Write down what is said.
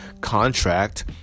contract